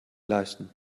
leisten